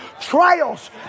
trials